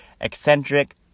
eccentric